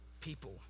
people